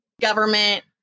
government